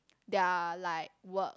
their like work